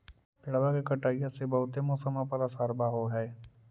पेड़बा के कटईया से से बहुते मौसमा पर असरबा हो है?